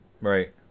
Right